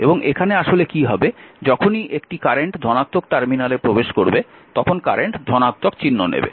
এবং এখানে আসলে কী হবে যখনই একটি কারেন্ট ধনাত্মক টার্মিনালে প্রবেশ করবে তখন কারেন্ট ধনাত্মক চিহ্ন নেবে